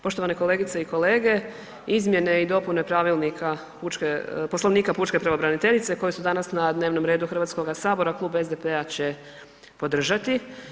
Poštovane kolegice i kolege, izmjene i dopune pravilnika pučke, Poslovnika pučke pravobraniteljice koje su danas na dnevnom redu HS, Klub SDP-a će podržati.